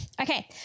Okay